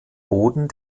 boden